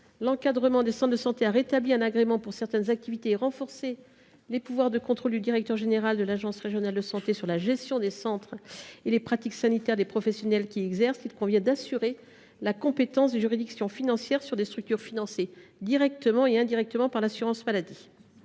l’encadrement des centres de santé a rétabli un agrément pour certaines activités et renforcé les pouvoirs de contrôle du directeur général de l’agence régionale de santé sur la gestion des centres et les pratiques sanitaires des professionnels qui y exercent, il convient d’assurer la compétence des juridictions financières sur des structures financées directement et indirectement par l’assurance maladie.